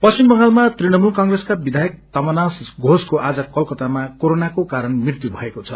पश्चिम बंगालमा तृणमूल कंगेसकाविधायक तमोनाश घोषको आज कलकत्तामा कोरोनाको कारण मृत्यु भएको छ